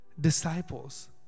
disciples